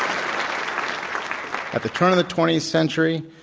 um at the turn of the twentieth century,